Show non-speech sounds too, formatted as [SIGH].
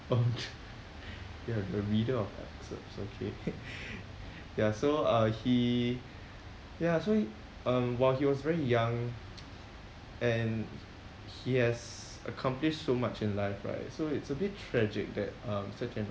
oh [NOISE] you're the reader of episodes okay ya so uh he ya so um while he was very young [NOISE] and he has accomplished so much in life right so it's a bit tragic that uh such an